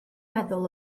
meddwl